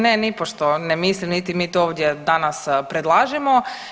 Ne, nipošto ne mislim, niti mi to ovdje danas predlažemo.